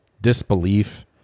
disbelief